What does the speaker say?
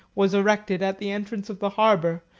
was erected at the entrance of the harbor,